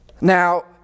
Now